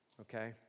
okay